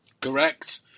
Correct